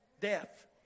Death